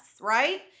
right